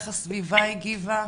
איך הסביבה הגיבה?